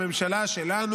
הממשלה שלנו,